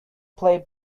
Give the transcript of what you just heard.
play